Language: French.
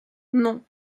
non